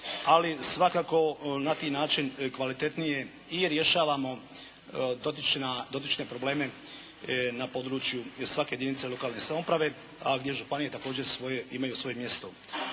ali svakako na taj način kvalitetnije i rješavamo dotične probleme na području svake jedinice lokalne samouprave, a gdje županije imaju svoje mjesto.